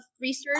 research